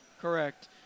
Correct